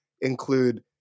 include